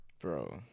Bro